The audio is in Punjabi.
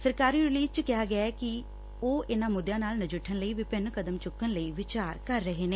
ਸਰਕਾਰੀ ਰਿਲੀਜ਼ ਚ ਕਿਹਾ ਗਿਐ ਉਹ ਇਨਾਂ ਮੁੱਦਿਆਂ ਨਾਲ ਨਜਿੱਠਣ ਲਈ ਵਿੰਭਿਨ ਕਦਮ ਚੁੱਕਣ ਲਈ ਵਿਚਾਰ ਕਰ ਰਹੇ ਨੇ